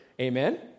amen